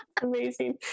amazing